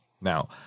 Now